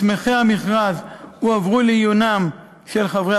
מסמכי המכרז הועברו לעיונם של חברי